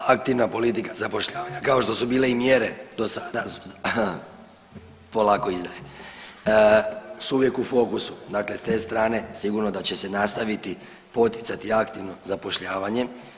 Aktivna politika zapošljavanja kao što su bile i mjere do sada … polako izdaje… su uvijek u fokusu, dakle s te strane sigurno da će se nastaviti poticati aktivno zapošljavanje.